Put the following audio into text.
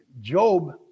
Job